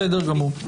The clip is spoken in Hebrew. בסדר גמור.